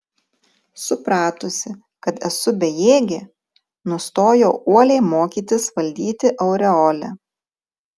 supratusi kad esu bejėgė nustojau uoliai mokytis valdyti aureolę